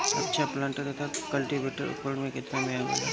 अच्छा प्लांटर तथा क्लटीवेटर उपकरण केतना में आवेला?